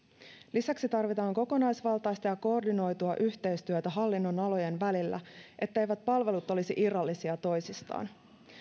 lisäksi tarvitaan kokonaisvaltaista ja koordinoitua yhteistyötä hallinnonalojen välillä etteivät palvelut olisi irrallisia toisistaan